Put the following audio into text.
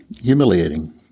humiliating